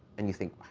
and you think,